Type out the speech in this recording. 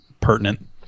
pertinent